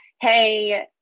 hey